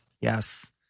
yes